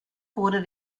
wurde